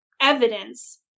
evidence